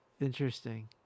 Interesting